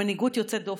מנהיגות יוצאת דופן,